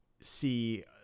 see